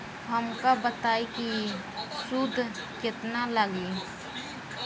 हमका बताई कि सूद केतना लागी?